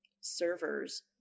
servers